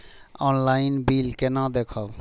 Online bill केना देखब?